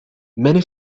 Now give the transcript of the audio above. many